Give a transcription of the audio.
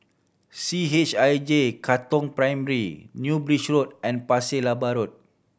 C H I J Katong Primary New Bridge Road and Pasir Laba Road